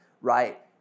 right